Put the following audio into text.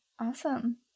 Awesome